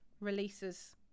Releases